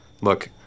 Look